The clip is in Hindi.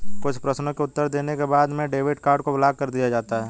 कुछ प्रश्नों के उत्तर देने के बाद में डेबिट कार्ड को ब्लाक कर दिया जाता है